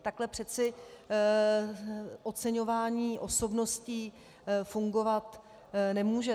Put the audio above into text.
Takhle přece oceňování osobností fungovat nemůže!